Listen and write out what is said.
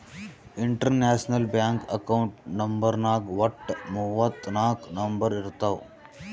international bank account ನಂಬರ್ನಾಗ್ ವಟ್ಟ ಮೂವತ್ ನಾಕ್ ನಂಬರ್ ಇರ್ತಾವ್